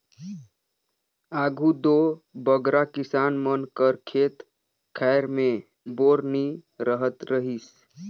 आघु दो बगरा किसान मन कर खेत खाएर मे बोर नी रहत रहिस